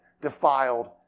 defiled